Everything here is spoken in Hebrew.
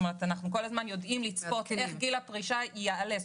אנחנו כל הזמן יודעים לצפות איך גיל הפרישה יעלה.